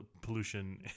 pollution